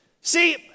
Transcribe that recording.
See